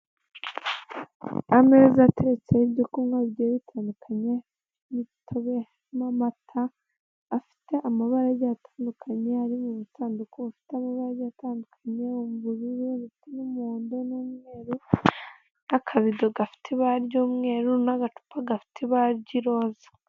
Ameza ateretseho ibyo kunywa bigiye bitandukanye nk'imitobe n'amata afite amabara agiye atandukanye ari agiye atambitse afite amabara agiye atandukanye; ubururu n'umuhondo n'umweru n'akabido gafite ibara ry'umweru n'agacupa gafite ibara ry'iroza.